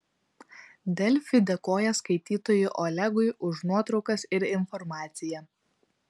delfi dėkoja skaitytojui olegui už nuotraukas ir informaciją